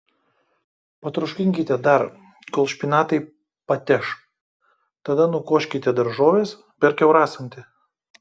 patroškinkite dar kol špinatai pateš tada nukoškite daržoves per kiaurasamtį